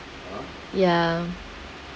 ya